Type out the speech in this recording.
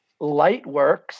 Lightworks